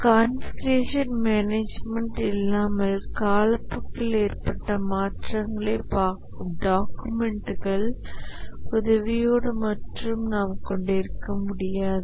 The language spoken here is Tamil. கான்ஃபிகுரேஷன் மேனேஜ்மென்ட் இல்லாமல் காலப்போக்கில் ஏற்பட்ட மாற்றங்களை டாக்குமென்ட்கள் உதவியோடு மட்டும் நாம் கொண்டிருக்க முடியாது